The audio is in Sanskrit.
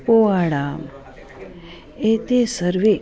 पोवाडा एते सर्वे